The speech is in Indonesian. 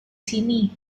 sini